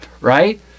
Right